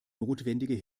notwendige